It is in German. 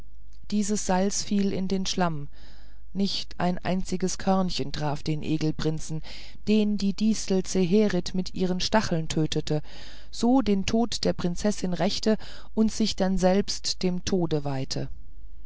alles salz fiel in den schlamm nicht ein einziges körnlein traf den egelprinzen den die distel zeherit mit ihren stacheln tötete so den tod der prinzessin rächte und sich dann selbst dem tode weihte